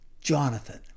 Jonathan